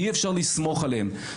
אי אפשר לסמוך עליהם.